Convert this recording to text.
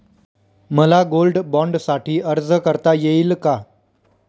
मला गोल्ड बाँडसाठी अर्ज करता येईल का?